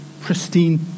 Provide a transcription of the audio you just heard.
Pristine